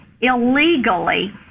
illegally